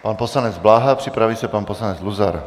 Pan poslanec Bláha, připraví se pan poslanec Luzar.